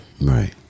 right